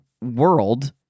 world